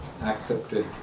accepted